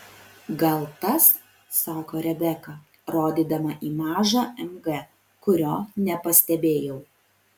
gal tas sako rebeka rodydama į mažą mg kurio nepastebėjau